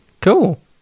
Cool